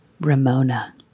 Ramona